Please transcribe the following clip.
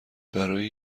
برای